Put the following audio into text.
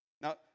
Now